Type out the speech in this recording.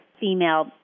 female